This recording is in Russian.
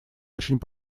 очень